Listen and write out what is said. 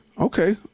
Okay